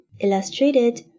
Illustrated